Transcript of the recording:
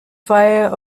via